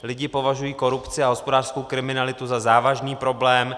Lidi považují korupci a hospodářskou kriminalitu za závažný problém.